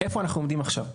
איפה אנחנו עומדים עכשיו?